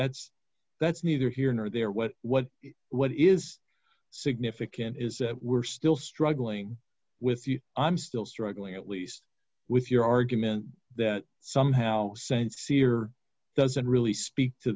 that's that's neither here nor there what what what is significant is that we're still struggling with you i'm still struggling at least with your argument that somehow sense here doesn't really speak to